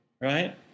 right